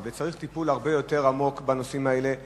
וצריך טיפול הרבה יותר עמוק בנושאים האלה.